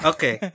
Okay